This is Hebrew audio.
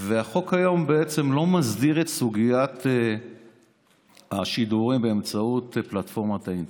החוק כיום בעצם לא מסדיר את סוגיית השידורים באמצעות פלטפורמת האינטרנט.